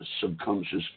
subconscious